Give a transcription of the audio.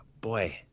boy